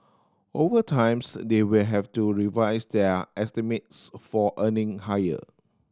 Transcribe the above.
over times they will have to revise their estimates for earning higher